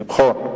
אורי אריאל,